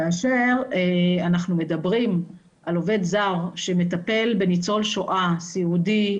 כאשר אנחנו מדברים על עובד זר שמטפל בניצול שואה סיעודי,